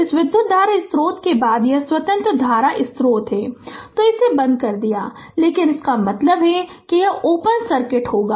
इस विधुत धारा स्रोत के बाद यह स्वतंत्र धारा स्रोत है तो इसे बंद कर दिया लेकिन इसका मतलब है कि यह ओपन सर्किट होगा